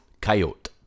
Coyote